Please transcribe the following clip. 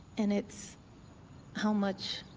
and it's how much